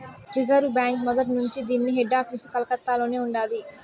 reserve బాంకీ మొదట్నుంచీ దీన్ని హెడాపీసు కలకత్తలోనే ఉండాది